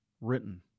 written